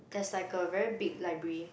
there's like a very big library